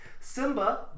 Simba